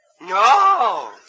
No